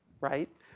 right